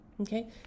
okay